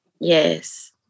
Yes